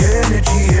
energy